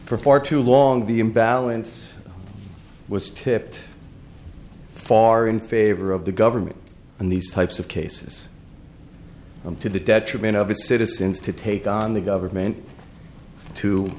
for far too long the imbalance was tipped far in favor of the government in these types of cases to the detriment of its citizens to take on the government to